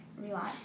Relax